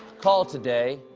call today,